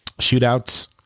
shootouts